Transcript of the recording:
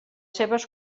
seves